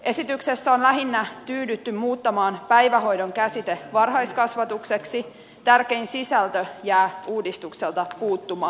esityksessä on lähinnä tyydytty muuttamaan päivähoidon käsite varhaiskasvatukseksi tärkein sisältö jää uudistuksesta puuttumaan